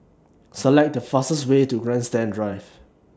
Select The fastest Way to Grandstand Drive